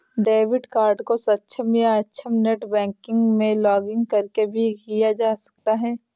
debit card को सक्षम या अक्षम नेट बैंकिंग में लॉगिंन करके भी किया जा सकता है